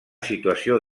situació